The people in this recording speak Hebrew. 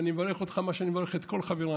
אני מברך אותך במה שאני מברך את כל חבריי,